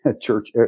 church